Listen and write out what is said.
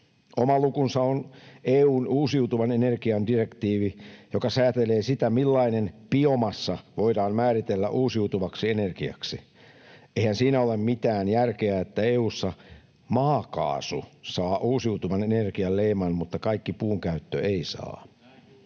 Oma lukunsa on EU:n uusiutuvan energian direktiivi, joka säätelee sitä, millainen biomassa voidaan määritellä uusiutuvaksi energiaksi. Eihän siinä ole mitään järkeä, että EU:ssa maakaasu saa uusiutuvan energian leiman, mutta kaikki puun käyttö ei saa.